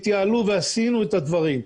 התייעלו ועשינו את הדברים.